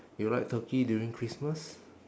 you like turkey during christmas